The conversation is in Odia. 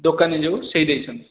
ଦୋକାନୀ ଯେଉଁ ସେହି ଦେଇଛନ୍ତି